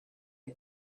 que